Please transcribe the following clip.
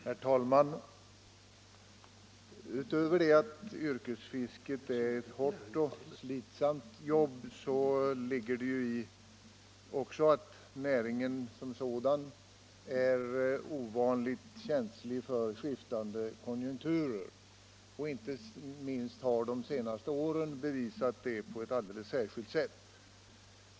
Herr talman! Utöver det att yrkesfisket är ett hårt och slitsamt jobb är det också en näring som är ovanligt känslig för skiftande konjunkturer. Inte minst har de senaste åren bevisat det på ett alldeles särskilt sätt.